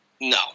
No